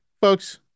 folks